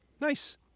Nice